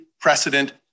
precedent